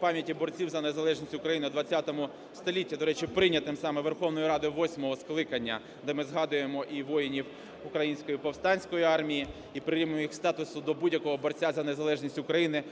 пам'яті борців за незалежність України в ХХ столітті", до речі, прийнятим саме Верховною Радою восьмого скликання, де ми згадуємо і воїнів Української повстанської армії і прирівнюємо їх статус до будь-якого борця за незалежність України,